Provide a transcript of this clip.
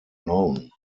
known